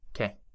Okay